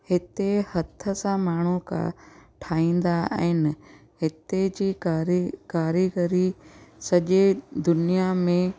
हिते हथ सां माण्हू का ठाहींदा आहिनि हिते जी कारी कारीगरी सॼे दुनिया में